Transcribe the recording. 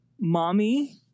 Mommy